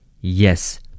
Yes